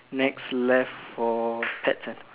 next left for pets centre